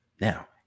Now